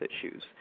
issues